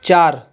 चार